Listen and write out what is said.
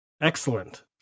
Excellent